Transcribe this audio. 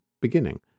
beginning